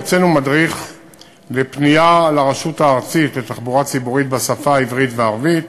הוצאנו מדריך לפנייה לרשות הארצית לתחבורה ציבורית בשפה העברית והערבית,